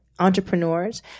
entrepreneurs